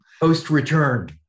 Post-return